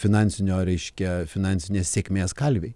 finansinio reiškia finansinės sėkmės kalviai